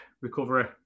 recovery